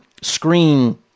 screen